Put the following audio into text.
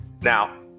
Now